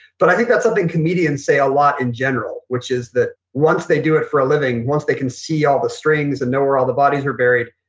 but i think that's something comedians say a lot in general. which is that once they do it for a living, once they can see all the strings and know where all the bodies are buried,